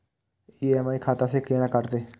EMI खाता से केना कटते?